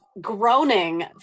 groaning